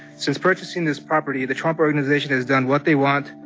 since purchasing this property, the trump organization has done what they want,